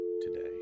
today